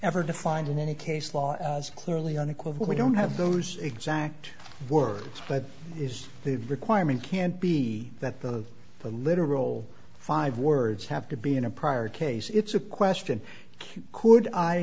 ever defined in any case law is clearly unequivocal we don't have those exact words but is the requirement can't be that the the literal five words have to be in a prior case it's a question could i